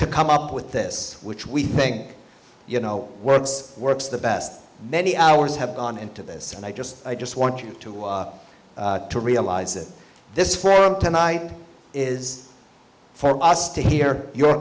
to come up with this which we think you know words works the best many hours have gone into this and i just i just want you to realize that this program tonight is for us to hear your